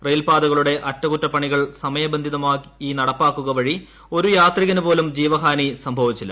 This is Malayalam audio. റെയിൽപ്പാതകളുടെ അറ്റകുറ്റപ്പണികൾ സമയബന്ധിതമായി നടപ്പാക്കുക വഴി ഒരു യാത്രികനു പോലും ജീവഹാനി സംഭവിച്ചില്ല